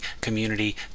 community